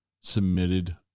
submitted